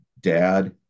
dad